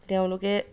তেওঁলোকে